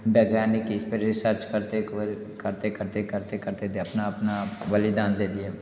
वैज्ञानिक इसपे रिसर्च करते करते करते करते करते करते अपना बलिदान दे दिए